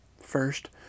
First